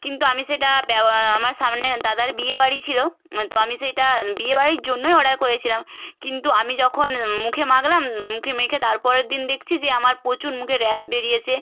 কিন্তু আমি সেটা আমার সামনে দাদার বিয়ে বাড়ি ছিল তো আমি সেইটা বিয়ে বাড়ির জন্যই অর্ডার করেছিলাম কিন্তু আমি যখন মুখে মাখলাম মুখে মেখে তারপরের দিন দেখছি যে আমার প্রচুর মুখে র্যাশ বেরিয়েছে